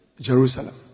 Jerusalem